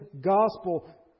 gospel